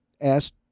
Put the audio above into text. asked